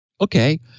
Okay